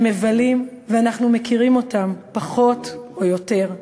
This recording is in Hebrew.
הם מבלים, ואנחנו מכירים אותם, פחות או יותר.